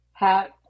hat